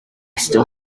still